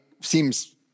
seems